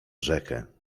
rzekę